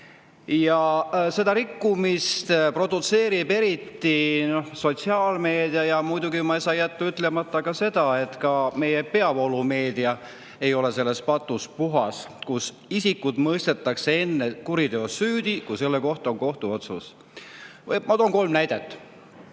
Seda rikkumist produtseerib eriti sotsiaalmeedia. Ja muidugi ma ei saa jätta ütlemata seda, et ka meie peavoolumeedia ei ole sellest patust puhas: isikud mõistetakse kuriteos süüdi enne, kui selle kohta on kohtuotsus. Ma toon kolm näidet.